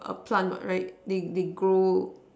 a plant what right they they grow